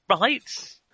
right